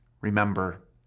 remember